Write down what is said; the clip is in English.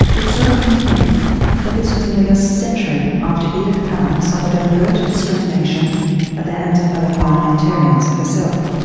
it's sobering to think that this was nearly a century after edith cowan suffered overt discrimination at the hands of fellow parliamentarians, herself.